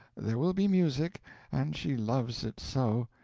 there will be music and she loves it so.